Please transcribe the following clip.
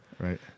Right